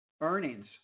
earnings